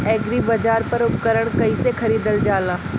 एग्रीबाजार पर उपकरण कइसे खरीदल जाला?